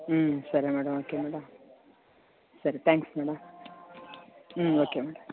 సరే madam okay madam సరే thanks madam okay madam